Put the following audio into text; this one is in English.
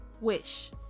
wish